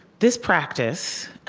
this practice